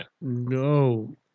No